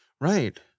Right